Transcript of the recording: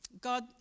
God